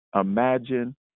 imagine